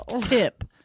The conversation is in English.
tip